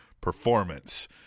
performance